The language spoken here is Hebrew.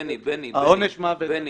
בני, בני,